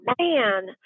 man